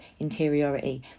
interiority